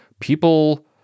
people